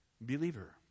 believer